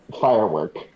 firework